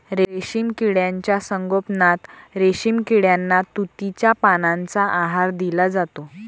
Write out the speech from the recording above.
रेशीम किड्यांच्या संगोपनात रेशीम किड्यांना तुतीच्या पानांचा आहार दिला जातो